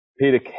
Peter